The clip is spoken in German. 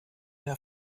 der